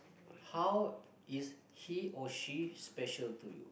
how is he or she special to you